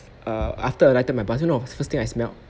err after I alighted my bus you know the first thing I smelled